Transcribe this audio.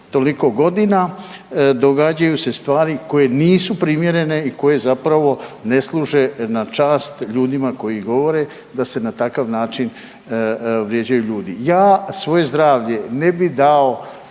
toliko godinama događaju se stvari koje nisu primjerene i koje zapravo ne služe na čast ljudima koji govore da se na takav način vrijeđaju ljudi. Ja svoje zdravlje ne bih dao